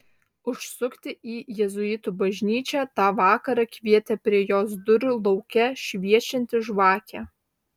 užsukti į jėzuitų bažnyčią tą vakarą kvietė prie jos durų lauke šviečianti žvakė